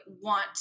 want